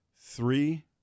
three